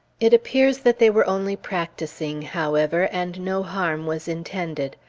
it appears that they were only practicing, however, and no harm was intended.